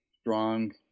strong